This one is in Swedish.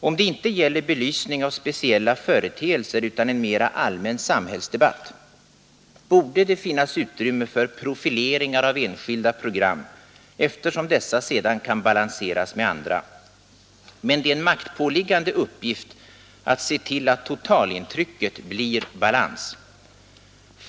Om det inte gäller belysning av speciella företeelser utan en mera allmän samhällsdebatt, borde det finnas utrymme för profileringar av enskilda program, eftersom dessa sedan kan balanseras med andra. Men det är en maktpåliggande uppgift att se till att totalintrycket blir balans.